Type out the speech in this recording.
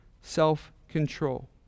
self-control